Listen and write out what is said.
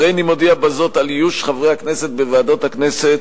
הריני מודיע בזאת על איוש ועדות הכנסת